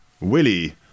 Willy